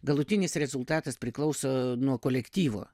galutinis rezultatas priklauso nuo kolektyvo